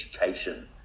education